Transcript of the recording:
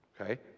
okay